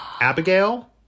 Abigail